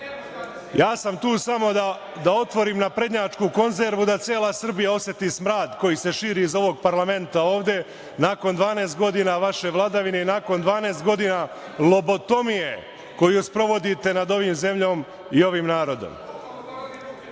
sam tu samo da otvorim naprednjačku konzervu da cela Srbija oseti smrad koji se širi iz ovog parlamenta ovde nakon 12 godina vaše vladavine i nakon 12 godina lobotomije koju sprovodite nad ovom zemljom i ovim narodom. Vidim